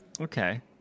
Okay